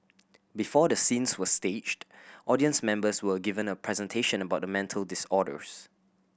before the scenes were staged audience members were given a presentation about the mental disorders